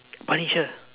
punisher